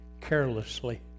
carelessly